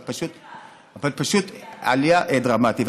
אבל פשוט עלייה דרמטית.